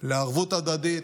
לערבות הדדית,